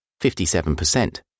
57%